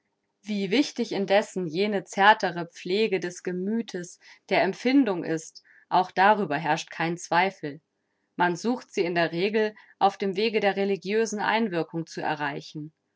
wie wichtig indessen jene zärtere pflege des gemüthes der empfindung ist auch darüber herrscht kein zweifel man sucht sie in der regel auf dem wege der religiösen einwirkung zu erreichen